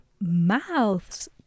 mouths